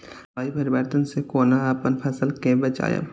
जलवायु परिवर्तन से कोना अपन फसल कै बचायब?